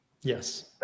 Yes